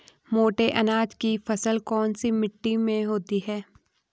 मोटे अनाज की फसल कौन सी मिट्टी में होती है?